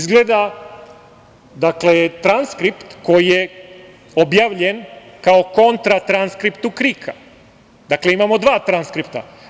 Dakle, transkript koji je objavljen kao kontra transkriptu KRIK-a, imamo dva transkripta.